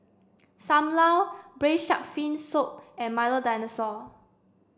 Sam Lau braised shark fin soup and Milo Dinosaur